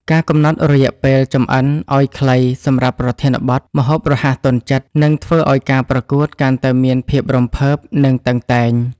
ការកំណត់រយៈពេលចម្អិនឱ្យខ្លីសម្រាប់ប្រធានបទ ម្ហូបរហ័សទាន់ចិត្ត នឹងធ្វើឱ្យការប្រកួតកាន់តែមានភាពរំភើប និងតឹងតែង។